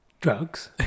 Drugs